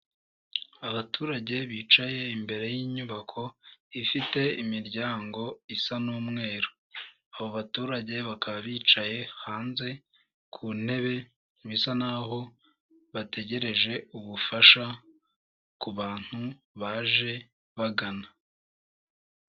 Abaturage bicaye imbere y'inyubako ifite imiryango isa n'umweru, abo baturage bakaba bicaye hanze ku ntebe bisa naho bategereje ubufasha ku bantu baje bagana.